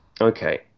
Okay